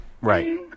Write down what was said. Right